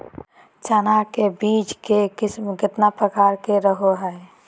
चना के बीज के किस्म कितना प्रकार के रहो हय?